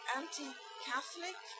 anti-Catholic